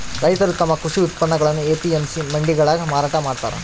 ರೈತರು ತಮ್ಮ ಕೃಷಿ ಉತ್ಪನ್ನಗುಳ್ನ ಎ.ಪಿ.ಎಂ.ಸಿ ಮಂಡಿಗಳಾಗ ಮಾರಾಟ ಮಾಡ್ತಾರ